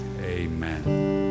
Amen